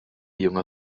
junge